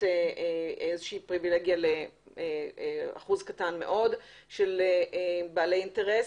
איזושהי פריבילגיה לאחוז קטן מאוד של בעלי אינטרס.